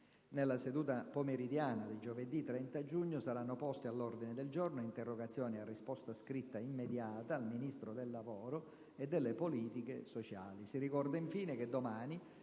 Nella seduta pomeridiana di giovedì 30 giugno saranno poste all'ordine del giorno interrogazioni a risposta immediata al Ministro del lavoro e delle politiche sociali.